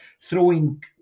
throwing